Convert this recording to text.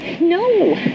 No